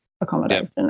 accommodation